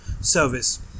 service